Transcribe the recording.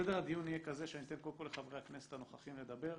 סדר הדיון יהיה כזה שאני אתן קודם כל לחברי הכנסת והנוכחים לדבר.